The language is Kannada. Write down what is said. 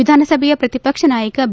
ವಿಧಾನಸಭೆ ಪ್ರತಿಪಕ್ಷ ನಾಯಕ ಬಿ